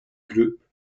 group